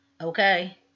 Okay